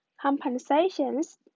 compensations